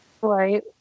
Right